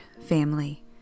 family